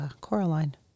Coraline